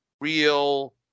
real